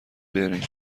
برین